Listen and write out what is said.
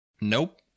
nope